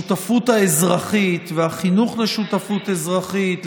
השותפות האזרחית והחינוך לשותפות אזרחית,